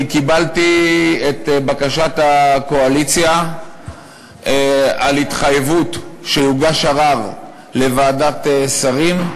אני קיבלתי את בקשת הקואליציה על התחייבות שיוגש ערר לוועדת שרים,